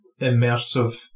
immersive